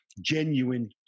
genuine